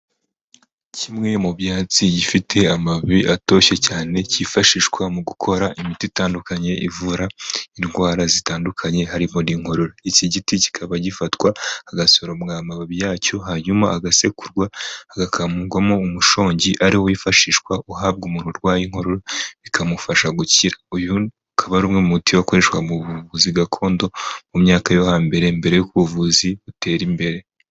Kimwe mu byatsi gifite amababi atoshye cyane kifashishwa mu gukora imiti itandukanye ivura indwara zitandukanye harimo n' inkorora. Iki giti kikaba gifatwa hagasoromwa amababi yacyo hanyuma agasekurwa, agakamugwamo umushongi ari wo wifashishwa uhabwa umuntu urwaye inkorora bikamufasha gukira. Uyu ukaba ari umwe muti wakoreshwaga mu buvuzi gakondo mu myaka yo hambere, mbere yuko ubuvuzi butera imbere.